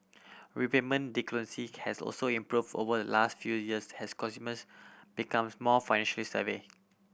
repayment delinquency has also improved over the last few years has consumers becomes more financially savvy